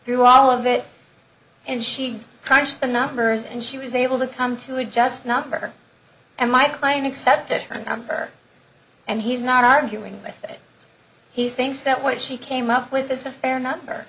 through all of it and she crunched the numbers and she was able to come to a just number and my client accept that number and he's not arguing with that he thinks that what she came up with is a fair number